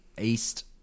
East